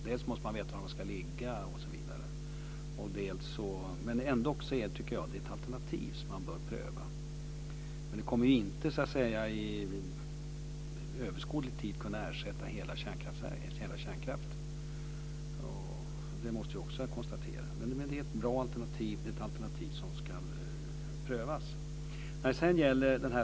Man måste veta var aggregaten ska ligga osv. Ändock tycker jag att vindkraft är ett alternativ som man bör pröva. Den kommer inte att inom överskådlig tid kunna ersätta hela kärnkraften. Det måste vi också konstatera. Men den är ett bra alternativ, och den är ett alternativ som ska prövas.